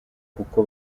kuko